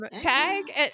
tag